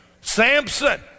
Samson